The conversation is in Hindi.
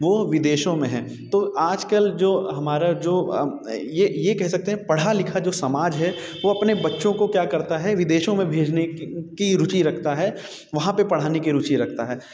वो विदेशों में हैं तो आज कल जो हमारा जो ये कह सकते हैं पढ़ा लिखा जो समाज है वो अपने बच्चों को क्या करता है विदेशों में भेजने की रुचि रखता है वहाँ पे पढ़ाने की रुचि रखता है